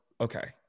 okay